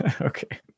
Okay